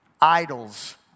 idols